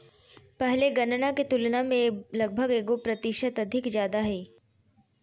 पहले गणना के तुलना में लगभग एगो प्रतिशत अधिक ज्यादा हइ